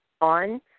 on